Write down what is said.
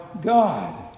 God